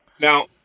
Now –